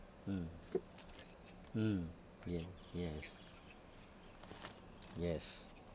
mm mm ye~ yes yes